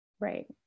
Right